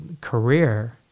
career